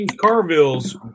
Carville's